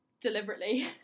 deliberately